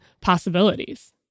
possibilities